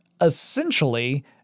essentially